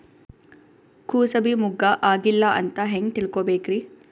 ಕೂಸಬಿ ಮುಗ್ಗ ಆಗಿಲ್ಲಾ ಅಂತ ಹೆಂಗ್ ತಿಳಕೋಬೇಕ್ರಿ?